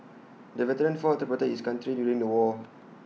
the veteran fought to protect his country during the war